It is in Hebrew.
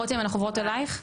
רותם אנחנו עוברות אלייך,